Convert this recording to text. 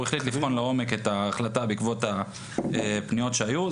הוא החליט לבחון לעומק את ההחלטה בעקבות הפניות שהיו,